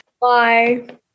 Bye